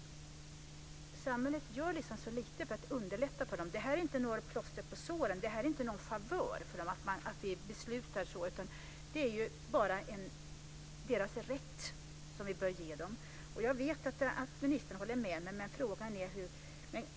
Samhället gör så lite för att underlätta. Det här är inte några plåster på såren. Det är ingen favör för dem att vi beslutar så, utan det är bara deras rätt som vi bör ge dem. Jag vet att ministern håller med mig.